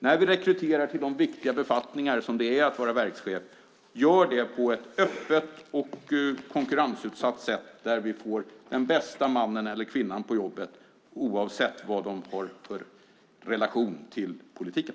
När vi rekryterar till en så viktig befattning som den att vara verkschef ska det göras öppet och konkurrensutsatt så att vi får den bästa mannen eller kvinnan på jobbet, oavsett vilken relation personen i fråga har till politiken.